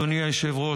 אדוני היושב-ראש,